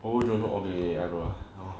whole year whole day I will